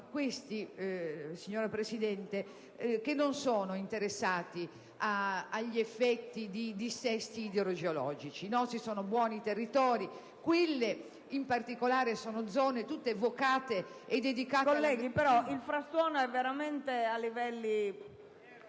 questi, signora Presidente, che non sono interessati agli effetti di dissesti idrogeologici: i nostri sono buoni territori e quelle, in particolare, sono zone tutte vocate e dedicate